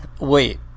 Wait